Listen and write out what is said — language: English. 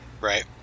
Right